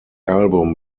album